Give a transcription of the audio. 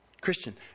Christian